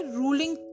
ruling